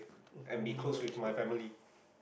and be close with my family